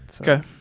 Okay